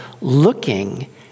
looking